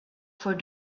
for